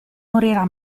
morirà